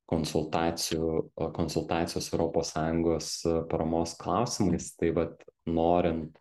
konsultacijų konsultacijos europos sąjungos paramos klausimais tai vat norint